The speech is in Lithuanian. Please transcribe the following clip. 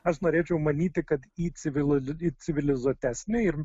aš norėčiau manyti kad į civili į civilizuotesnę ir